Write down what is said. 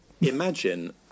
imagine